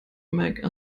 make